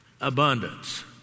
abundance